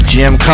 Jim